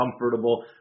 comfortable